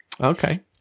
Okay